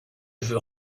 veux